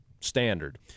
standard